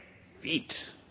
feet